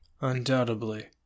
undoubtedly